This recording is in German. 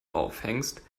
aufhängst